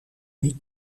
niet